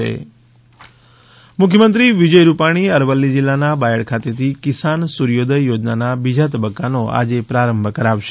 કિસાન CM મુખ્યમંત્રી વિજય રૂપાણી અરવલ્લી જિલ્લાના બાયડ ખાતેથી કિસાન સૂર્યોદય યોજનાના બીજા તબક્કાનો આજે પ્રારંભ કરાવશે